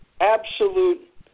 absolute